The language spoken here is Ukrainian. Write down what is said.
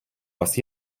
вас